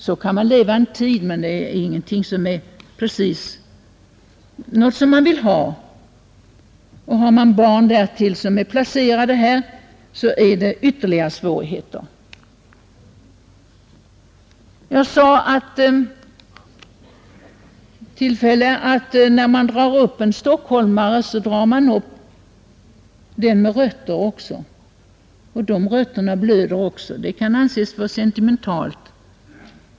Så kan man kanske leva en tid, men det är ingenting som man precis vill ha. Har man dessutom barn som kanske går i skola här i Stockholm blir det ytterligare svårigheter. Jag sade vid något tillfälle att om man drar upp en stockholmare så drar man upp honom också med rötter. Rötterna blöder, även om det låter sentimentalt.